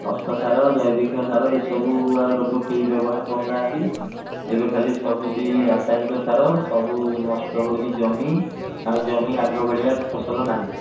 ଖତସାର ଜୈବିକସାର ଏସବୁ ଆଉ ଲୋକ କେହି ବ୍ୟବହାର କରୁ ନାହାନ୍ତି ଏବେ ଖାଲି ସବୁ ସେହି ରାସାୟନିକ ସାର ସବୁ ନଷ୍ଟ ହେଉଛି ଜମି ଆଉ ଜମି ଆଗ ଭଳିଆ ବି ଫସଲ ନାଇଁ